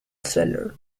seller